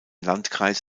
landkreis